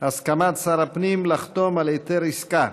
(הסמכת שר הפנים לחתום על היתר עסקה),